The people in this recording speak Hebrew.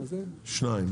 שניים.